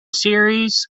series